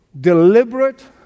deliberate